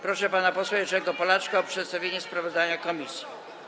Proszę pana posła Jerzego Polaczka o przedstawienie sprawozdania komisji.